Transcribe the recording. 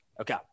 Okay